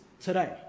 today